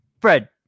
Fred